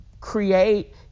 create